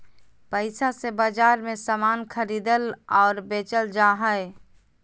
पैसा से बाजार मे समान खरीदल और बेचल जा हय